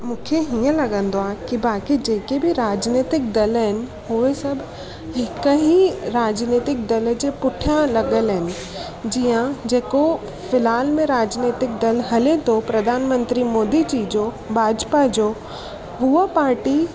मूंखे हीअं लॻंदो आहे की बाक़ी जेके बि राजनैतिक दल आहिनि उहे सभु हिकु ई राजनैतिक दल जे पुठियां लॻियलु आहिनि जीअं जेको फ़िलहाल में राजनैतिक दल हले थो प्रधानमंत्री मोदी जी जो भाजपा जो उहा पाटी